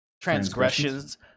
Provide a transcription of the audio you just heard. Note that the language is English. transgressions